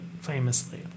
famously